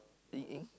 Ying Ying